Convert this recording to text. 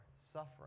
suffering